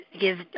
give